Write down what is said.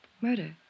Murder